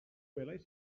gwelais